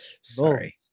Sorry